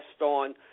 on